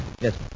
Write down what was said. Yes